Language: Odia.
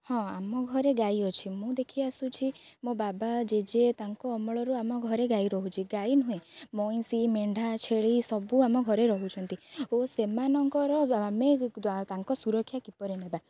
ହଁ ଆମ ଘରେ ଗାଈ ଅଛି ମୁଁ ଦେଖି ଆସୁଛି ମୋ ବାବା ଜେଜେ ତାଙ୍କ ଅମଳରୁ ଆମ ଘରେ ଗାଈ ରହୁଛି ଗାଈ ନୁହେଁ ମଇଁଷି ମେଣ୍ଢା ଛେଳି ସବୁ ଆମ ଘରେ ରହୁଛନ୍ତି ଓ ସେମାନଙ୍କର ଆମେ ତାଙ୍କ ସୁରକ୍ଷା କିପରି ନେବା